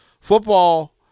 Football